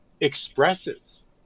expresses